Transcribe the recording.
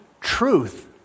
Truth